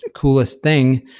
ah coolest thing.